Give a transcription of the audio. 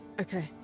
Okay